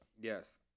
Yes